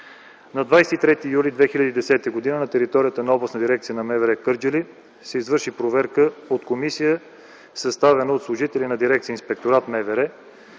На 23 юли 2010 г. на територията на Областна дирекция на МВР Кърджали се извърши проверка от комисия, съставена от служители на Дирекция „Инспекторат” в МВР,